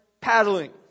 paddling